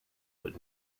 but